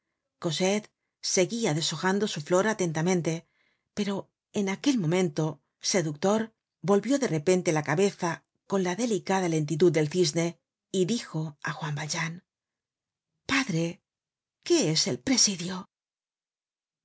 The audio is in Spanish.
cosette seguia deshojando su flor atentamente pero en aquel momento seductor volvió de repente la cabeza con la delicada lentitud del cisne y dijo á juan valjean padre qué es el presidio